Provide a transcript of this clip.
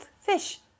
fish